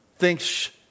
thinks